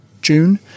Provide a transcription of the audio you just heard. June